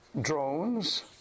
drones